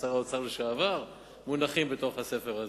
שר האוצר לשעבר מונחים בתוך הספר הזה.